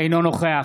אינו נוכח